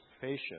patient